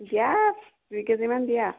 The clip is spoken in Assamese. দিয়া দুই কেজিমান দিয়া